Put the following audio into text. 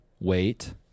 wait